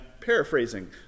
paraphrasing